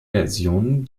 versionen